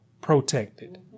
protected